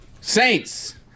Saints